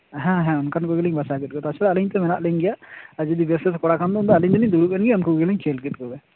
ᱦᱩᱸ ᱦᱮᱸ ᱦᱮᱸ ᱚᱱᱠᱟᱱ ᱠᱚᱜᱮᱞᱤᱧ ᱵᱟᱪᱷᱟᱣ ᱤᱫᱤᱭᱮᱫ ᱠᱚᱣᱟ ᱛᱟᱪᱷᱟᱲᱟ ᱟᱞᱤᱧ ᱛᱚ ᱢᱮᱱᱟᱜ ᱞᱤᱧ ᱜᱮᱭᱟ ᱟᱨ ᱡᱩᱫᱤ ᱵᱮᱥ ᱵᱮᱥ ᱠᱚ ᱠᱷᱟᱱ ᱫᱚ ᱟᱞᱤᱧ ᱫᱚᱞᱤᱧ ᱫᱩᱲᱩᱵ ᱮᱱᱜᱮ ᱩᱱᱠᱩ ᱜᱮᱞᱤᱧ ᱠᱷᱮᱞ ᱠᱮᱫ ᱠᱚᱜᱮ